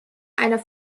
einer